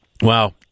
Wow